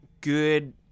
good